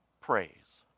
praise